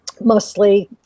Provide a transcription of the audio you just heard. mostly